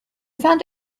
found